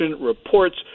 reports